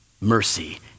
mercy